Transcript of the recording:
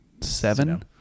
seven